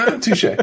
Touche